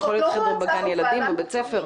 זה יכול להיות חדר בגן ילדים או בבית הספר.